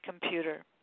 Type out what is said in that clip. computer